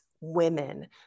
women